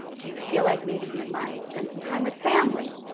do you feel like maybe you might spend some time with family?